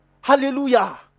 Hallelujah